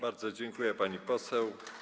Bardzo dziękuję, pani poseł.